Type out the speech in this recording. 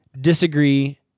disagree